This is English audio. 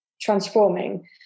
transforming